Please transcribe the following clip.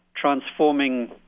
Transforming